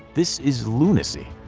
this is lunacy!